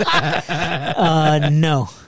No